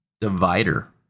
Divider